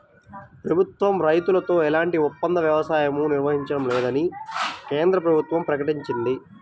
ప్రభుత్వం రైతులతో ఎలాంటి ఒప్పంద వ్యవసాయమూ నిర్వహించడం లేదని కేంద్ర ప్రభుత్వం ప్రకటించింది